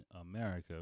America